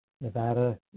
Nevada